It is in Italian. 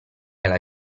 alla